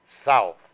South